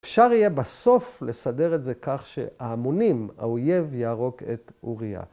‫אפשר יהיה בסוף לסדר את זה כך ‫שהעמונים, האויב יהרוג את אוריה.